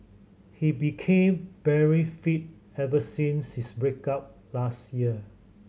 he became very fit ever since his break up last year